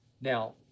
Now